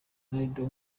ronaldo